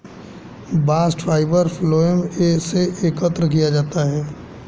bast fibre phloem से एकत्र किया जाता है